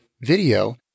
video